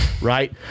right